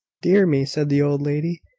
dear me! said the old lady,